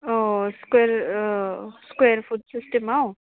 औ स्कुवेर औ square foot सिस्टेमाव